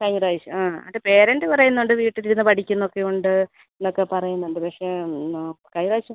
കഴിഞ്ഞ പ്രാവശ്യം അവൻറെ പേരൻറ് പറയുന്നുണ്ട് വീട്ടിലിരുന്ന് പഠിക്കുന്നൊക്കെ ഉണ്ട് എന്നൊക്കെ പറയുന്നുണ്ട് പക്ഷേ എന്നാ കഴിഞ്ഞ പ്രാവശ്യം